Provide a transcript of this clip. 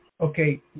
Okay